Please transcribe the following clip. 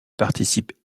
participe